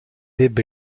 ebbe